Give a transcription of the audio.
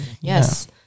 Yes